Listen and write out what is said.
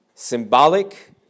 Symbolic